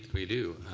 we do.